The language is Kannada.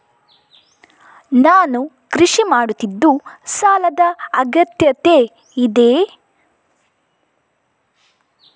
ನಾನು ಕೃಷಿ ಮಾಡುತ್ತಿದ್ದು ಸಾಲದ ಅಗತ್ಯತೆ ಇದೆ?